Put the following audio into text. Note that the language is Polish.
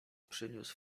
przyniósł